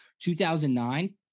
2009